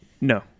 No